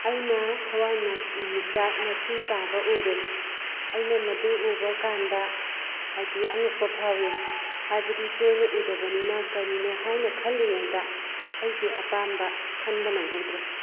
ꯑꯩꯅ ꯊꯋꯥꯟ ꯃꯤꯆꯥꯛ ꯃꯊꯤ ꯇꯥꯕ ꯎꯔꯦ ꯑꯩꯅ ꯃꯗꯨ ꯎꯕ ꯀꯥꯟꯗ ꯍꯥꯏꯗꯤ ꯑꯉꯛꯄ ꯐꯥꯎꯋꯤ ꯍꯥꯏꯕꯗꯤ ꯇꯣꯏꯅ ꯎꯗꯕꯅꯤꯅ ꯀꯔꯤꯅꯣ ꯍꯥꯏꯅ ꯈꯜꯂꯤꯉꯩꯗ ꯑꯩꯒꯤ ꯑꯄꯥꯝꯕ ꯈꯟꯕ ꯅꯪꯍꯧꯗ꯭ꯔꯦ